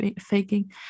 faking